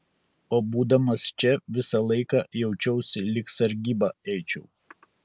o būdamas čia visą laiką jaučiausi lyg sargybą eičiau